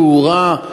תאורה,